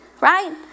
right